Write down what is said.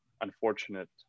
unfortunate